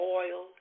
oil